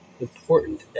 important